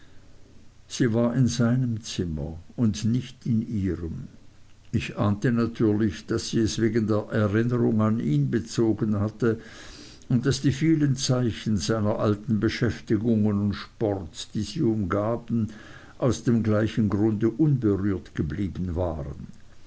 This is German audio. sie war in seinem zimmer und nicht in ihrem ich ahnte natürlich daß sie es wegen der erinnerung an ihn bezogen hatte und daß die vielen zeichen seiner alten beschäftigungen und sports die sie umgaben aus dem gleichen grunde unberührt geblieben waren